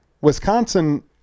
Wisconsin